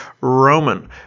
Roman